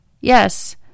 Yes